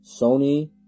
Sony